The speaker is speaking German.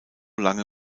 lange